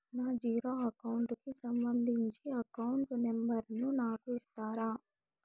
నా zero account కి సంబంధించి అకౌంట్ నెంబర్ ను నాకు ఇస్తారా